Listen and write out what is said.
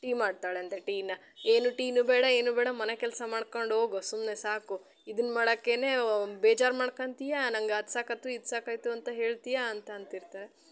tea ಮಾಡ್ತಾಳೆ ಅಂತೆ ಟೀನಾ ಏನು ಟೀನೂ ಬೇಡ ಏನೂ ಬೇಡ ಮನೆ ಕೆಲಸ ಮಾಡ್ಕೊಂಡು ಹೋಗು ಸುಮ್ಮನೆ ಸಾಕು ಇದನ್ ಮಾಡಕ್ಕೇ ಬೇಜಾರು ಮಾಡ್ಕೊಂತೀಯ ನಂಗೆ ಅದು ಸಾಕಾಯ್ತು ಇದು ಸಾಕಾಯಿತು ಅಂತ ಹೇಳ್ತೀಯ ಅಂತ ಅಂತಿರ್ತಾರೆ